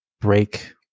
break